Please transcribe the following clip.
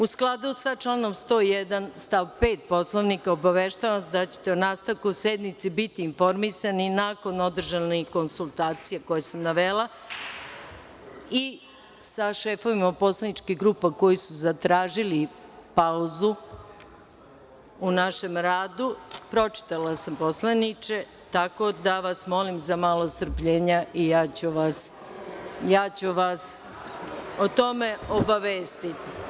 U skladu sa članom 101. stav 5. Poslovnika, obaveštavam vas da ćete o nastavku sednice biti informisani nakon održanih konsultacija koje sam navela i sa šefovima poslaničkih grupa koji su zatražili pauzu u našem radu. (Vojislav Šešelj, s mesta: Koji su to šefovi?) Pročitala sam, poslaniče, tako da vas molim za malo strpljenja i ja ću vas o tome obavestiti.